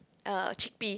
uh chickpea